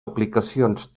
aplicacions